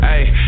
Ayy